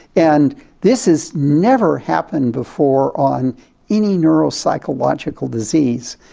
and this has never happened before on any neuropsychological disease,